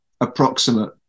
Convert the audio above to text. approximate